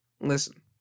listen